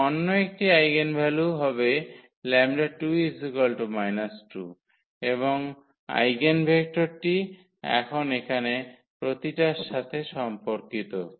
এবং অন্য একটি আইগেনভ্যালু হবে 𝜆2−2 এবং আইগেনভেক্টরটি এখন এখানে প্রতিটার সাথে সম্পর্কিত